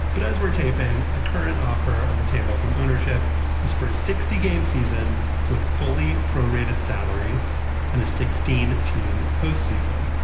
but as we're taping the current offer on the table from ownership is for a sixty game season with fully pro-rated salaries and a sixteen team postseason.